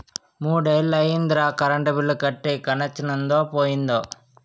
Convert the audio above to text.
మూడ్నెల్లయ్యిందిరా current bill కట్టీ కనెచ్చనుందో పోయిందో